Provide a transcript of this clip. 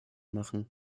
machen